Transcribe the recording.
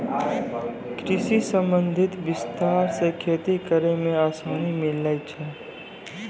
कृषि संबंधी विस्तार से खेती करै मे आसानी मिल्लै छै